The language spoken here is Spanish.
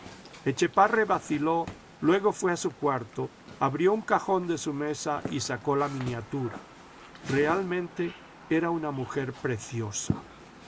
etchepare vaciló luego fué a su cuarto abrió un cajón de su mesa y sacó la miniatura realmente era una mujer preciosa